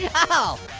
yeah oh,